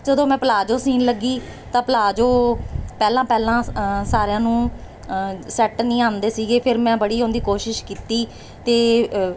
ਜਦੋਂ ਮੈਂ ਪਲਾਜੋ ਸਿਊਣ ਲੱਗੀ ਤਾਂ ਪਲਾਜੋ ਪਹਿਲਾਂ ਪਹਿਲਾਂ ਸਾਰਿਆਂ ਨੂੰ ਸੈੱਟ ਨਹੀਂ ਆਉਂਦੇ ਸੀਗੇ ਫਿਰ ਮੈਂ ਬੜੀ ਉਹਦੀ ਕੋਸ਼ਿਸ਼ ਕੀਤੀ ਅਤੇ